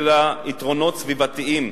יש בזה יתרונות סביבתיים.